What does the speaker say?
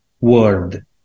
word